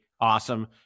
awesome